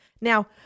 Now